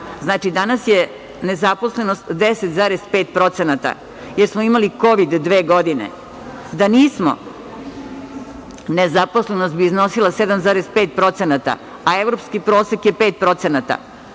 Znači, danas je nezaposlenost 10,5%, jer smo imali Kovid dve godine. Da nismo, nezaposlenost bi iznosila 7,5%, a evropski prosek je 5%.